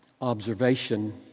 observation